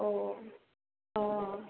अ' औ औ औ